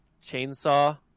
chainsaw